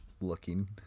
looking